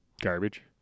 Garbage